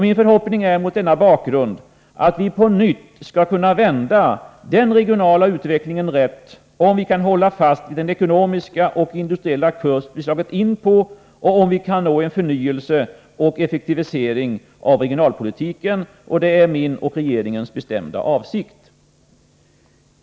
Min förhoppning mot denna bakgrund är att vi skall kunna vända den regionala utvecklingen rätt — om vi kan hålla fast vid den ekonomiska och industriella kurs som vi slagit in på och om vi kan nå en förnyelse och effektivisering av regionalpolitiken. Detta är min och regeringens bestämda avsikt.